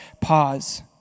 pause